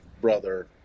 brother